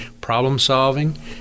problem-solving